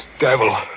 devil